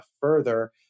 further